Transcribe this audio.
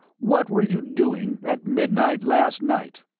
what were you doing at midnight last night?